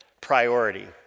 priority